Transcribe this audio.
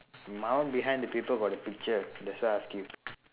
my one behind the paper got the picture that's why I asked you